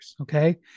Okay